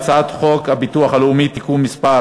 הצעת חוק חופשה שנתית (תיקון מס'